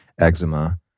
eczema